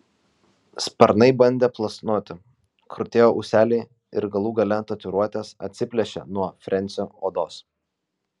sparnai bandė plasnoti krutėjo ūseliai ir galų gale tatuiruotės atsiplėšė nuo frensio odos